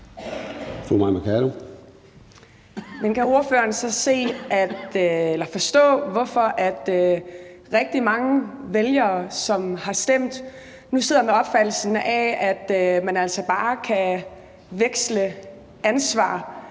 Mercado (KF): Men kan ordføreren så forstå, hvorfor rigtig mange vælgere, som har stemt, nu sidder med opfattelsen af, at man altså bare kan veksle